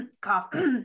cough